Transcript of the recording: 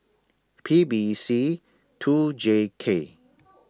P B C two J K